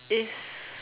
if